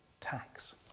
tax